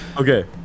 okay